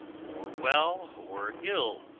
or well or ill,